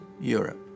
Europe